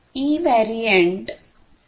E variant 802